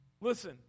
Listen